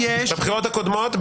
בבחירות הקודמות,